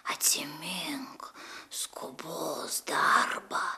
atsimink skubos darbą